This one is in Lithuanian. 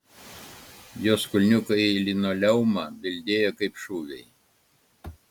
jos kulniukai į linoleumą bildėjo kaip šūviai